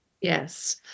Yes